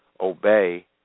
obey